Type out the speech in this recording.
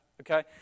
okay